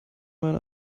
mein